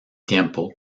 tiempo